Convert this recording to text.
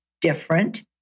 different